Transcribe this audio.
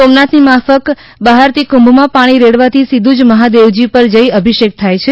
સોમનાથનીમાફક બહારથી કુંભમાં પાણી રેડવાથી સીધું જ મહાદેવજી પર જઈ અભિષેક થાય છે